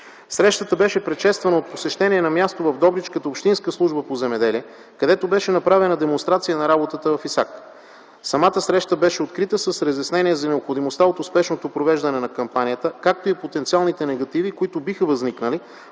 Срещата беше предшествана от посещение на място в Добричката общинска служба по земеделие, където беше направена демонстрация на работата в ИСАК. Самата среща беше открита с разяснение за необходимостта от успешното провеждане на кампанията, както и потенциалните негативи, които биха възникнали,